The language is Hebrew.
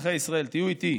אזרחי ישראל, תהיו איתי.